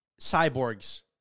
cyborgs